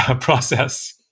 process